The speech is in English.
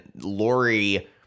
Lori